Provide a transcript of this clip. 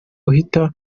uhita